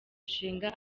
ishinga